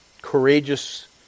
courageous